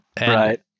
Right